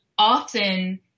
often